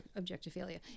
Objectophilia